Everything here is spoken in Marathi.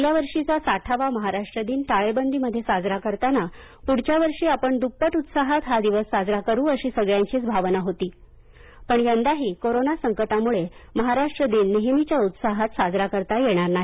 गेल्या वर्षीचा साठावा महाराष्ट्र दिन टाळेबंदीमध्ये साजरा करताना पुढच्या वर्षी आपण दुप्पट उत्साहात हा दिवस साजरा करू अशीच सगळ्यांची भावना होती पण यंदाही कोरोना संकटामुळे महाराष्ट्र दिन नेहेमीच्या उत्साहात साजरा करता येणार नाही